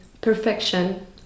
perfection